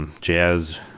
Jazz